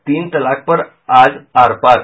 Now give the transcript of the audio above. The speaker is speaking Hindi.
तीन तलाक पर आज आर पार